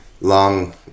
long